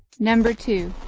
number two.